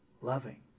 loving